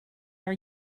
are